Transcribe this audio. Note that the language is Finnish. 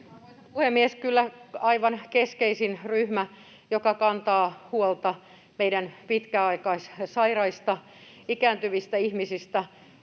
puhemies! Kyllä aivan keskeisin ryhmä, joka kantaa huolta meidän pitkäaikaissairaista, ikääntyvistä ihmisistä